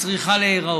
צריכה להיראות.